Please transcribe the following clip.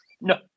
No